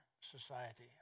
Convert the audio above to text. society